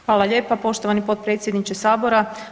Hvala lijepa poštovani potpredsjedniče Sabora.